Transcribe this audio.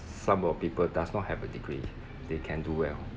some of people does not have a degree they can do well